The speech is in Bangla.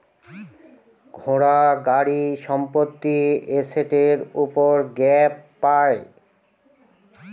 ঘোড়া, গাড়ি, সম্পত্তি এসেটের উপর গ্যাপ পাই